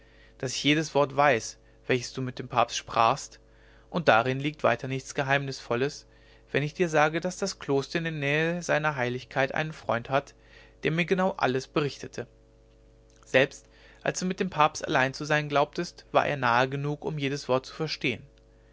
daß ich jedes wort weiß welches du mit dem papst sprachst und darin liegt weiter nichts geheimnisvolles wenn ich dir sage daß das kloster in der nähe sr heiligkeit einen freund hat der mir genau alles berichtete selbst als du mit dem papst allein zu sein glaubtest war er nahe genug um jedes wort zu verstehen